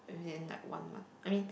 as in like one month I mean